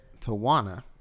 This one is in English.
Tawana